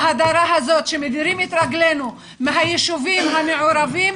ההדרה הזאת שמדירים את רגלנו מהיישובים המעורבים,